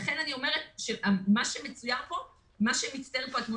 לכן אני אומרת שהתמונה שמצטיירת פה היא פשוט